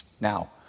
Now